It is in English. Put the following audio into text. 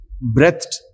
breathed